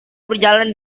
berjalan